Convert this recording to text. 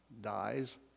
dies